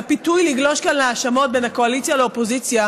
הפיתוי לגלוש כאן להאשמות בין הקואליציה לאופוזיציה